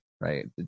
right